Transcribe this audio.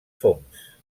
fongs